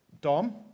Dom